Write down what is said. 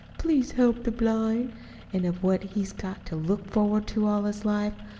please help the blind an' of what he's got to look forward to all his life.